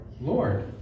Lord